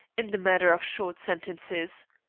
in the matter of short sentences.